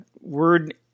word